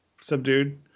subdued